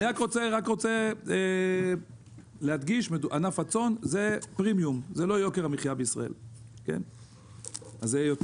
אני רק רוצה להדגיש, ענף הצאן זה פרימיום, זה לא